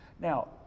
Now